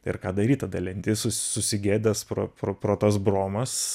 ir ką daryt tada lendi susigėdęs pro pro pro tas bromas